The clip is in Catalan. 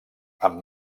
amb